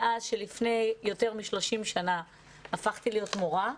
מאז שלפני יותר מ-30 שנה הפכתי להיות מורה,